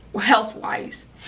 health-wise